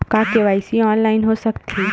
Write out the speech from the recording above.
का KYC online हो सकथे?